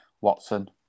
Watson